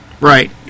Right